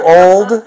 old